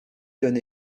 donne